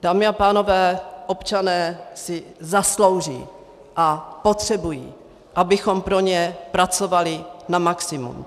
Dámy a pánové, občané si zaslouží a potřebují, abychom pro ně pracovali na maximum.